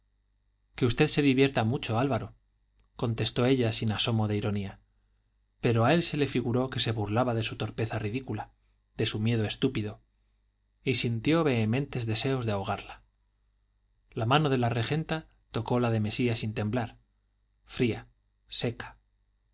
que usted se divierta mucho álvaro contestó ella sin asomo de ironía pero a él se le figuró que se burlaba de su torpeza ridícula de su miedo estúpido y sintió vehementes deseos de ahogarla la mano de la regenta tocó la de mesía sin temblar fría seca